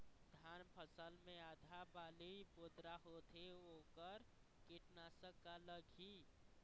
धान फसल मे आधा बाली बोदरा होथे वोकर कीटनाशक का लागिही?